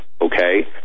okay